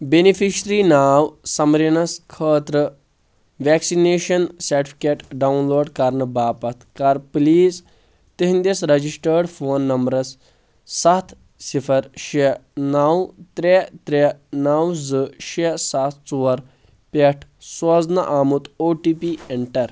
beneficiary ناو سَمریٖنَس خٲطرٕ ویٚکسنیشَن سیٹفکیٹ ڈاوُن لوڈ کَرنہٕ باپتھ کَر پلیٖز تِہندِس ریجسٹٲڈ فون نَمبرَس سَتھ صِفر شےٚ نَو ترٛےٚ ترٛےٚ نو زٕ شےٚ سَتھ ژور پیٹھ سوٗزنہٕ آمُت او ٹی پی اینٚٹر